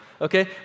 okay